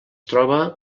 troba